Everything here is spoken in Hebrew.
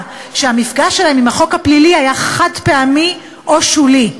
שהמפגש שלהם עם החוק הפלילי היה חד-פעמי או שולי.